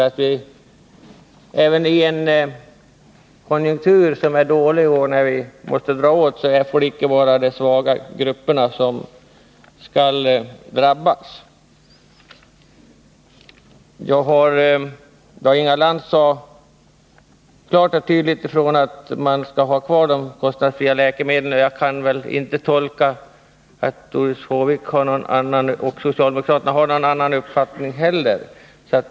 Inte ens i en lågkonjunktur, när vi måste dra åt svångremmen, får det vara så att de svaga grupperna är de som drabbas hårdast. Inga Lantz sade klart och tydligt ifrån att de kostnadsfria läkemedlen skall vara kvar, och jag kan inte tolka Doris Håviks anförande så att hon och socialdemokraterna över huvud taget skulle ha någon annan uppfattning heller.